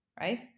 Right